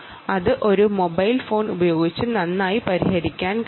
അത് ഒരു mobile phone ഉപയോഗിച്ച് നന്നായി പരിഹരിക്കാൻ കഴിയും